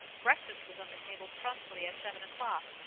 breakfast was on the table promptly at seven o'clock,